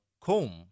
comb